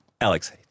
Alex